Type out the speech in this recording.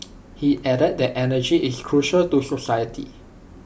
he added that energy is crucial to society